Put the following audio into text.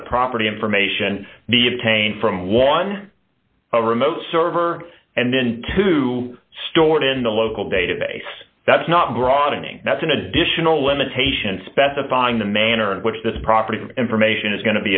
that the property information be obtained from one a remote server and then two stored in the local database that's not broadening that's an additional limitation specifying the manner in which this property information is going